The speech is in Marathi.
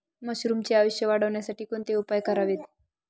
मशरुमचे आयुष्य वाढवण्यासाठी कोणते उपाय करावेत?